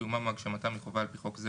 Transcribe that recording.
קיומם או הגשתם היא חובה על פי חוק זה,